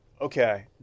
Okay